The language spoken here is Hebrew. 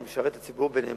הוא משרת את הציבור בנאמנות,